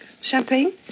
Champagne